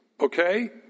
Okay